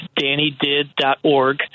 dannydid.org